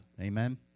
Amen